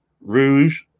rouge